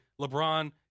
LeBron